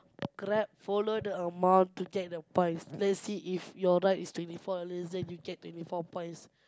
Grab follow the amount to check the points let's say if your ride is twenty four dollars then you get twenty four points